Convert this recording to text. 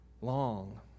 long